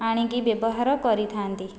ଆଣିକି ବ୍ୟବହାର କରିଥାନ୍ତି